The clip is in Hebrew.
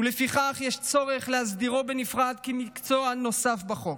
ולפיכך יש צורך להסדירו בנפרד כמקצוע נוסף בחוק.